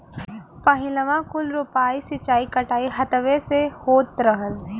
पहिलवाँ कुल रोपाइ, सींचाई, कटाई हथवे से होत रहल